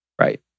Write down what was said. Right